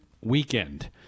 weekend